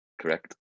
Correct